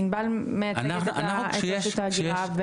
ענבל מייצגת את רשות ההגירה.